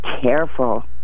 careful